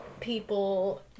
people